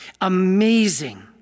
amazing